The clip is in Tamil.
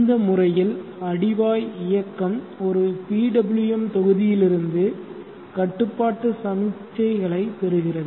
இந்த முறையில் அடிவாய் இயக்கம் ஒரு PWM தொகுதியிலிருந்து கட்டுப்பாட்டு சமிக்ஞைகளைப் பெறுகிறது